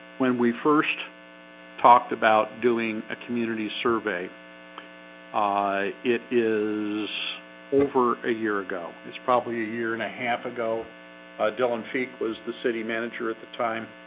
when we first talked about doing a community survey it is over a year ago. it's probably a year and a half ago dylan feek was the city manager at the time.